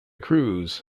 cruz